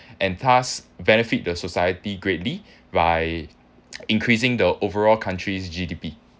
and thus benefit the society greatly by increasing the overall country's G_D_P